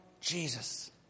Jesus